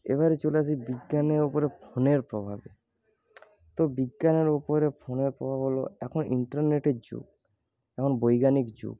এবার চলে আসি বিজ্ঞানের ওপরে ফোনের প্রভাবে তো বিজ্ঞানের ওপরে ফোনের প্রভাব হলো এখন ইন্টেরনেটের যুগ এখন বৈজ্ঞানিক যুগ